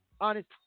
honest